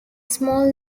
small